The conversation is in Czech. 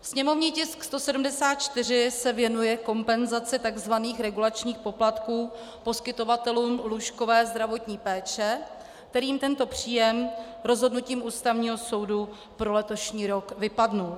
Sněmovní tisk 174 se věnuje kompenzaci tzv. regulačních poplatků poskytovatelům lůžkové zdravotní péče, kterým tento příjem rozhodnutím Ústavního soudu pro letošní rok vypadl.